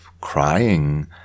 crying